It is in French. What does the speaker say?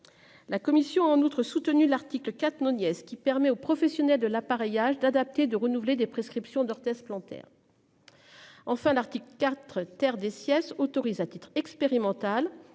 La commission a en outre soutenu l'article 4 nièce qui permet aux professionnels de l'appareillage d'adapter de renouveler des prescriptions d'orthèse plantaire. En fin d'article 4, terre des siestes autorise à titre expérimental,